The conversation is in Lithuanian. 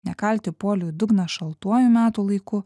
nekalti polių į dugną šaltuoju metų laiku